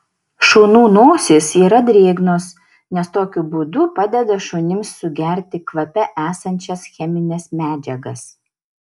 šunų nosys yra drėgnos nes tokiu būdu padeda šunims sugerti kvape esančias chemines medžiagas